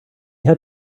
had